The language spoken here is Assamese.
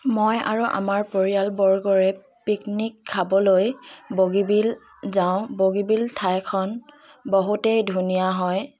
মই আৰু আমাৰ পৰিয়ালবৰ্গৰে পিকনিক খাবলৈ বগীবিল যাওঁ বগীবিল ঠাইখন বহুতেই ধুনীয়া হয়